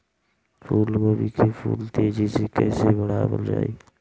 फूल गोभी के फूल तेजी से कइसे बढ़ावल जाई?